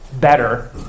better